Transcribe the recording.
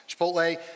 Chipotle